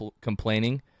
complaining